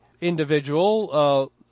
individual